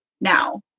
now